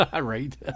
Right